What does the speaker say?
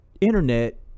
internet